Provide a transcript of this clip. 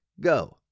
Go